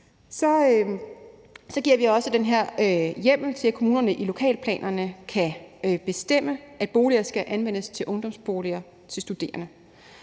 Så giver vi også den her hjemmel til, at kommunerne i lokalplanerne kan bestemme, at boliger skal anvendes til ungdomsboliger til studerende.